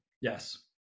Yes